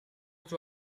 two